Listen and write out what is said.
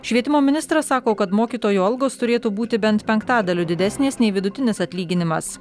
švietimo ministras sako kad mokytojų algos turėtų būti bent penktadaliu didesnės nei vidutinis atlyginimas